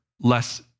less